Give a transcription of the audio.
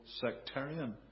sectarian